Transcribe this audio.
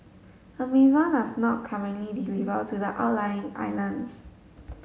Amazon does not currently deliver to the outlying islands